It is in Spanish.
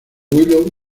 willow